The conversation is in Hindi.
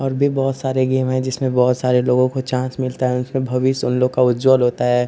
और भी बहुत सारे गेम हैं जिसमें बहुत सारे लोगों को चान्स मिलता है उसमें भविष्य उन लोगों का उज्ज्वल होता है